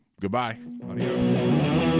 goodbye